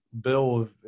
Bill